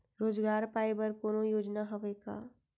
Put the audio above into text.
रोजगार पाए बर कोनो योजना हवय का?